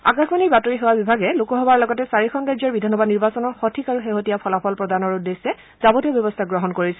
আকাশবাণীৰ বাতৰি সেৱা বিভাগে লোকসভাৰ লগতে চাৰিখন ৰাজ্যৰ বিধানসভা নিৰ্বাচনৰ সঠিক আৰু শেহতীয়া ফলাফল প্ৰদানৰ উদ্দেশ্যে যাৰতীয় ব্যৱস্থা গ্ৰহণ কৰিছে